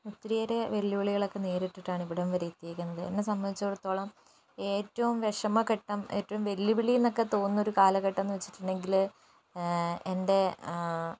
ഒത്തിരിയേറെ വെല്ലുവിളികളൊക്കെ നേരിട്ടിട്ടാണ് ഇവിടം വരെ എത്തിയത് എന്ത് എന്നെ സംബന്ധിച്ചെടുത്തോളം ഏറ്റവും വിഷമഘട്ടം ഏറ്റവും വെല്ലുവിളിയെന്നൊക്കെ തോന്നുന്നൊരു കാലഘട്ടം എന്നു വച്ചിട്ടുണ്ടെങ്കിൽ എൻ്റെ